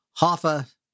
Hoffa